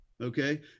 okay